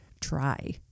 try